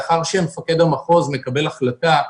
לאחר שמפקד המחוז מקבל החלטה,